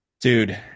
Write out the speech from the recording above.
Dude